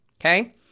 Okay